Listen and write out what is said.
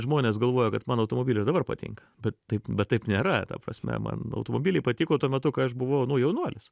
žmonės galvoja kad man automobilis dabar patinka bet taip bet taip nėra ta prasme man automobiliai patiko tuo metu kai aš buvau jaunuolis